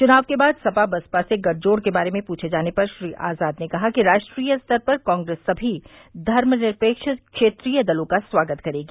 चुनाव के बाद सपा बसपा से गठजोड़ के बारे में पूछे जाने पर श्री आज़ाद ने कहा कि राष्ट्रीय स्तर पर कांप्रेस सभी धर्मनिरपेक्ष क्षेत्रीय दलों का स्वागत करेगी